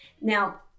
Now